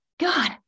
God